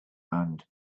and